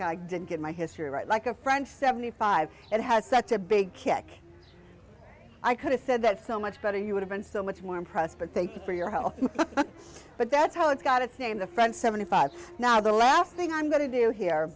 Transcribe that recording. hundred didn't get my history right like a french seventy five and has such a big kick i could have said that so much better you would have been so much more impressed but thank you for your help but that's how it's got its name the french seventy five now the last thing i'm going to do here